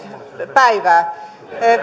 päivää